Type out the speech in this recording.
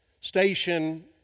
station